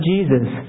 Jesus